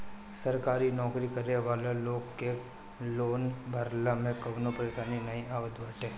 सरकारी नोकरी करे वाला लोग के लोन भरला में कवनो परेशानी नाइ आवत बाटे